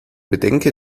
bedenke